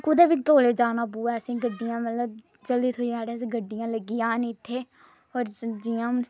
कुतै बी तौले जाना पवै असेंगी गड्डियां मतलब जल्दी थ्होई जाह्न अस गड्डियां लग्गी जाह्न इत्थै और जि'यां